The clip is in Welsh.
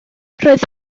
roedd